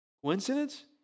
Coincidence